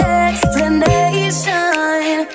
explanation